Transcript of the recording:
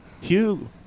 Hugh